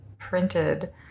printed